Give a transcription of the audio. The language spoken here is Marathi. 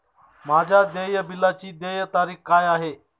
माझ्या देय बिलाची देय तारीख काय आहे?